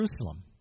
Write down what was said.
jerusalem